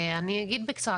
אני אגיד בקצרה.